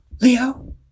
Leo